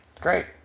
great